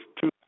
two